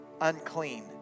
unclean